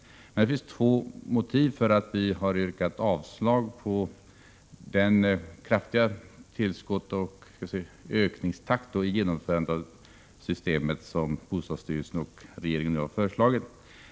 Det finns två motiv till att vi har yrkat avslag på det kraftiga tillskott och den höga ökningstakt i genomförandet av systemet som bostadsstyrelsen och regeringen har föreslagit.